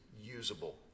usable